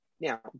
Now